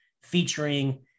featuring